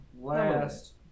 last